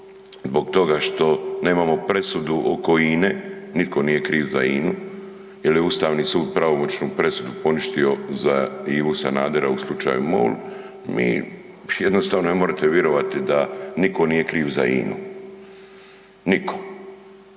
zbog toga što nemamo presudu oko INA-e, nitko nije kriv za INA-u jer je Ustavni sud pravomoćnu presudu poništio za Ivu Sanadera u slučaju MOL, mi jednostavno ne možete vjerovati da nitko nije kriv za INA-u. Nitko.